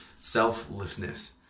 selflessness